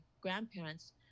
grandparents